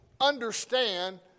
understand